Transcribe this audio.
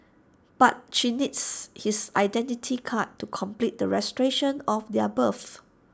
but she needs his Identity Card to complete the registration of their births